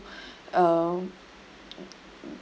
um